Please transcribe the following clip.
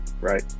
right